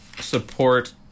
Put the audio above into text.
support